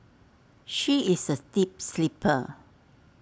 she is A deep sleeper